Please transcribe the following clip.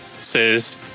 says